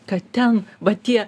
kad ten va tie